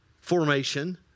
formation